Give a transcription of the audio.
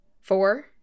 Four